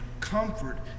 Comfort